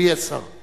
הוא יהיה שר.